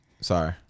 Sorry